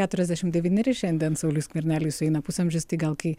keturiasdešim devyni ir šiandien sauliui skverneliui sueina pusamžis tai gal kai